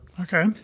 Okay